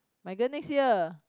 my girl next year